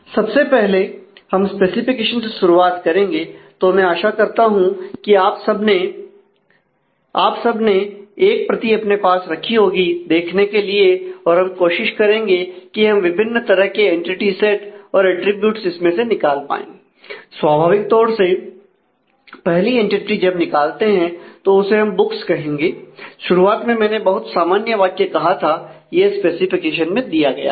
सबसे पहले हम स्पेसिफिकेशन कहेंगे शुरुआत में मैंने बहुत सामान्य वाक्य कहा था यह स्पेसिफिकेशन में दिया गया है